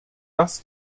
dass